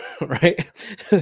right